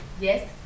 yes